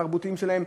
התרבותיים שלהם,